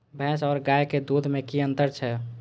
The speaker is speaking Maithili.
भैस और गाय के दूध में कि अंतर छै?